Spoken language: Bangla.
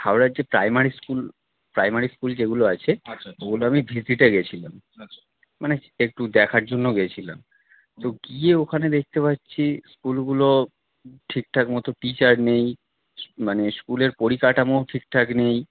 হাওড়ার যে প্রাইমারি স্কুল প্রাইমারি স্কুল যেগুলো আছে ওগুলো আমি ভিজিটে গিয়েছিলাম মানে একটু দেখার জন্য গিয়েছিলাম তো গিয়ে ওখানে দেখতে পাচ্ছি স্কুলগুলো ঠিক ঠাক মতো টিচার নেই মানে স্কুলের পরিকাটামোও ঠিকঠাক নেই